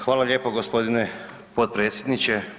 Hvala lijepo gospodine potpredsjedniče.